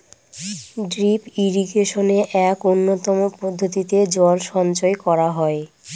drip ইরিগেশনে এক উন্নতম পদ্ধতিতে জল সঞ্চয় করা হয়